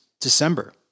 December